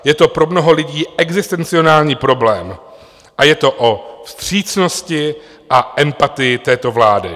Je to pro mnoho lidí existenciální problém a je to o vstřícnosti a empatii této vlády.